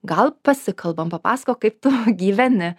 gal pasikalbam papasakok kaip tu gyveni